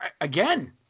Again